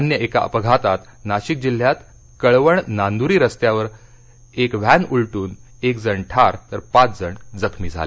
अन्य एका अपघातात नाशिक जिल्ह्यात कळवण नांद्री रस्त्यावर काल एक वॅन उलटून एकजण ठार तर पाचजण जखमी झाले